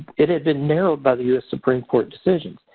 it has been narrowed by the us supreme court's decision.